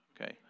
Okay